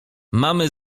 mamy